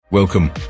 Welcome